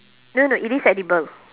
no no it is edible